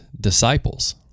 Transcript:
disciples